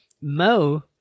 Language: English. Mo